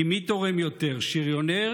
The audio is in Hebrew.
כי מי תורם יותר, שריונר